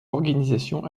organisations